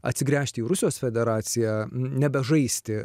atsigręžti į rusijos federaciją nebežaisti